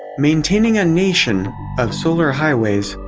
maintaining a nation of solar highways.